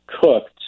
cooked